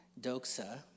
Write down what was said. doxa